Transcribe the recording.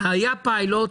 היה פיילוט